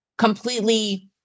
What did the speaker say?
Completely